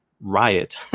riot